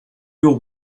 your